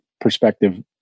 perspective